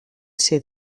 ser